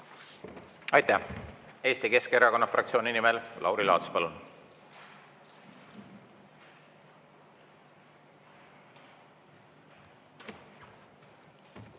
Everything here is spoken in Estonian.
Aitäh! Eesti Keskerakonna fraktsiooni nimel Lauri Laats, palun!